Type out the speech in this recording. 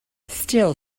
still